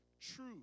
true